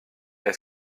est